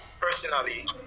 personally